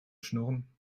schnurren